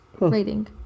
rating